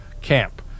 camp